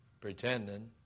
pretending